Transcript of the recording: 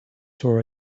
saw